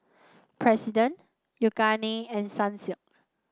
President Yoogane and Sunsilk